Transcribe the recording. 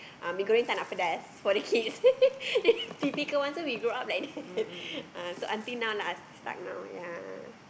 uh mee goreng tak nak pedas for the kids typical ones so we grow up like that uh so until now lah start now ya